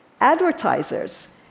Advertisers